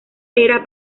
era